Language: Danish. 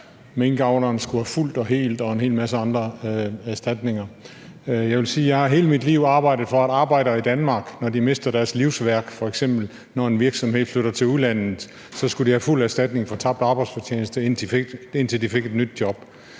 minkavlerne skulle have fuld og hel og en hel masse anden erstatning. Jeg vil sige, at jeg i hele mit liv har arbejdet for, at arbejdere i Danmark, når de mister deres livsværk, f.eks. når en virksomhed flytter til udlandet, skal have fuld erstatning for tabt arbejdsfortjeneste, indtil de får et nyt job.